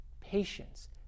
Patience